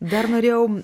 dar norėjau